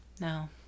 no